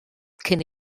cyn